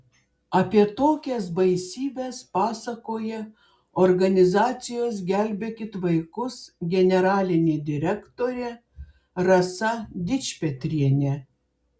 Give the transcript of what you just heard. apie tokias baisybes pasakoja organizacijos gelbėkit vaikus generalinė direktorė rasa dičpetrienė